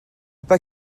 pas